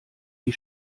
die